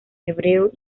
hebreo